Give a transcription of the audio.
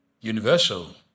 universal